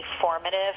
formative